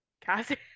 Cassie